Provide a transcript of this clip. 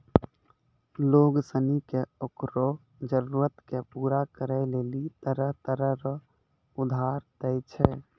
लोग सनी के ओकरो जरूरत के पूरा करै लेली तरह तरह रो उधार दै छै